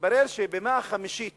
מתברר שבמאה החמישית